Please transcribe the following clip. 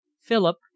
Philip